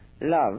love